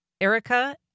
Erica